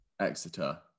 Exeter